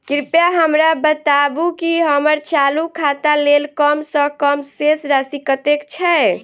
कृपया हमरा बताबू की हम्मर चालू खाता लेल कम सँ कम शेष राशि कतेक छै?